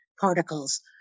particles